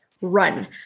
run